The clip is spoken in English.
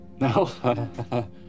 no